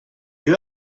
you